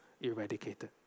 eradicated